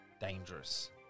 dangerous